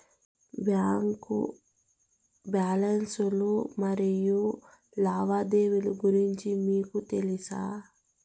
Bank balance లు మరియు లావాదేవీలు గురించి మీకు తెల్సా?